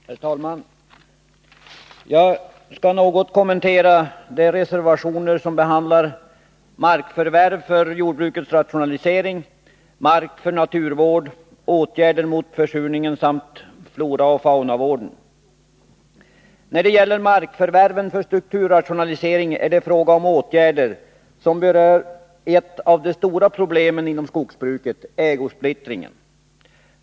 Herr talman! Jag skall något kommentera de reservationer som behandlar markförvärv för jordbrukets rationalisering, mark för naturvård, åtgärder mot försurningen samt floraoch faunavården. När det gäller markförvärven för strukturrationalisering är det fråga om åtgärder som berör ett av de stora problemen inom skogsbruket, ägosplittringen.